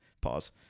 pause